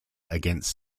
against